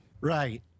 Right